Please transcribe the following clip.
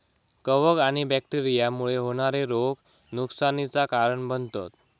कवक आणि बैक्टेरिया मुळे होणारे रोग नुकसानीचा कारण बनतत